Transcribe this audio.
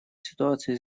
ситуация